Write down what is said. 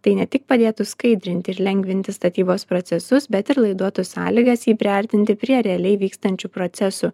tai ne tik padėtų skaidrinti ir lengvinti statybos procesus bet ir laiduotų sąlygas jį priartinti prie realiai vykstančių procesų